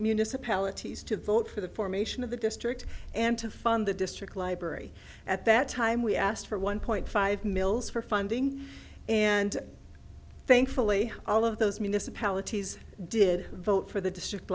municipalities to vote for the formation of the district and to fund the district library at that time we asked for one point five mils for funding and thankfully all of those municipalities did vote for the district